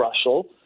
russell